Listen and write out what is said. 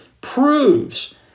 proves